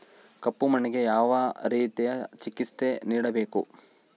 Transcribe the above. ಕಪ್ಪು ಮಣ್ಣಿಗೆ ಯಾವ ರೇತಿಯ ಚಿಕಿತ್ಸೆ ನೇಡಬೇಕು?